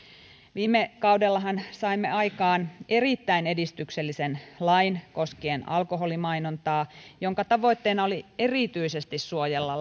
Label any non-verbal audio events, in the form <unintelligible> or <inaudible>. viime kaudellahan saimme aikaan erittäin edistyksellisen lain koskien alkoholimainontaa jonka tavoitteena oli erityisesti suojella <unintelligible>